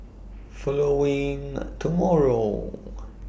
following A tomorrow